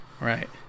right